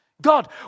God